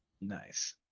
Nice